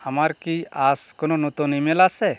আমার কি আজ কোনো নতুন ইমেল আছে